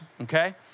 okay